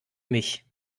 mich